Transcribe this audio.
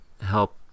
help